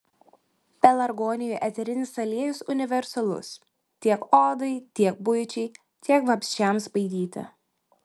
pelargonijų eterinis aliejus universalus tiek odai tiek buičiai tiek vabzdžiams baidyti